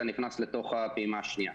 אתה נכנס לתוך הפעימה השנייה.